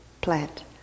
plant